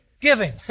giving